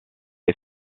est